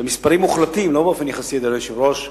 במספרים מוחלטים, לא באופן יחסי, אדוני היושב-ראש,